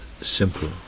simple